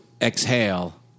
exhale